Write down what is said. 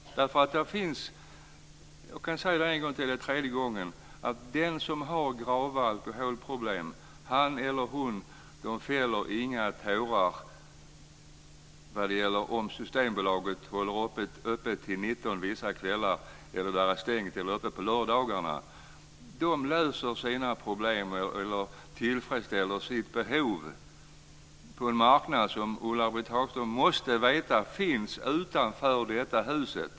Jag kan säga en gång till, det blir tredje gången, att den som har grava alkoholproblem fäller inga tårar över om Systembolaget håller öppet till kl. 19 vissa kvällar eller om det är stängt eller öppet på lördagarna. Han eller hon tillfredsställer sitt behov på en marknad som Ulla-Britt Hagström måste veta finns utanför detta hus.